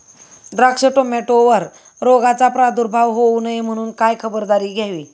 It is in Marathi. द्राक्ष, टोमॅटोवर रोगाचा प्रादुर्भाव होऊ नये म्हणून काय खबरदारी घ्यावी?